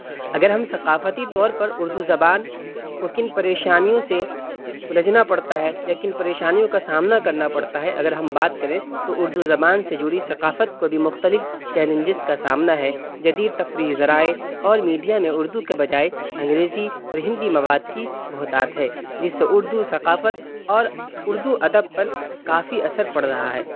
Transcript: اگر ہم ثقافتی طور پر اردو زبان کو کن پریشانیوں سے الجھنا پڑتا ہے یا کن پریشانیوں کا سامنا کرنا پڑتا ہے اگر ہم بات کریں تو اردو زبان سے جڑی ثقافت کو بھی مختلف جیلنجز کا سامنا ہے جدید تفریحی ذرائع اور میڈیا میں اردو کے بجائے انگریزی اور ہندی مواد کی بہتات ہے جس سے اردو ثقافت اور اردو ادب پر کافی اثر پڑ رہا ہے